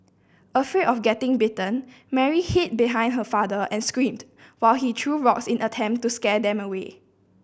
afraid of getting bitten Mary hid behind her father and screamed while he threw rocks in attempt to scare them away